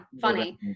funny